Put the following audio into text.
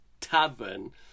Tavern